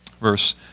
verse